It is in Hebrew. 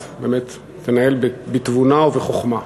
אז באמת תנהל בתבונה ובחוכמה.